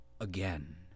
again